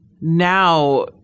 now